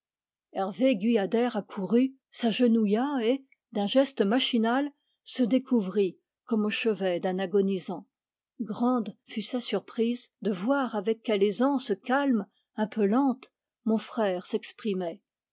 hervé guyader accourut s'agenouilla et d'un geste machinal se découvrit comme au chevet d'un agonisant grande fut sa surprise de voir avec quelle aisance calme un peu lente mon frère s'exprimait